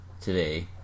today